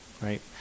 right